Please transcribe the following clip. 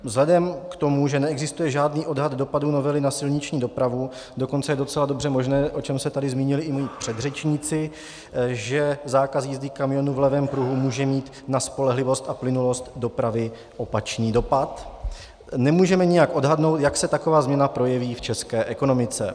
Vzhledem k tomu, že neexistuje žádný odhad dopadu novely na silniční dopravu, dokonce je docela dobře možné to, o čem se tu zmínili moji předřečníci, že zákaz jízdy kamionů v levém pruhu může mít na spolehlivost a plynulost dopravy opačný dopad, nemůžeme nijak odhadnout, jak se taková změna projeví v české ekonomice.